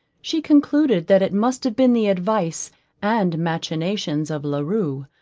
she concluded that it must have been the advice and machinations of la rue,